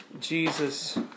Jesus